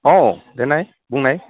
औ देलाय बुंनाय